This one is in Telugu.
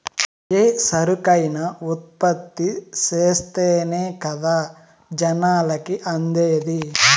ఏ సరుకైనా ఉత్పత్తి చేస్తేనే కదా జనాలకి అందేది